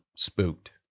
spooked